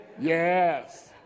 Yes